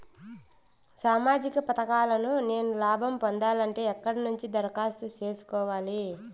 సామాజిక పథకాలను నేను లాభం పొందాలంటే ఎక్కడ నుంచి దరఖాస్తు సేసుకోవాలి?